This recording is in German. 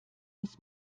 muss